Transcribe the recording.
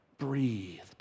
Breathed